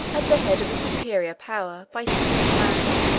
at the head of a superior power by sea and land.